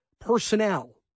personnel